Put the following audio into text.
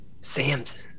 Samson